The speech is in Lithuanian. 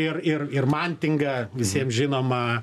ir ir ir mantinga visiem žinoma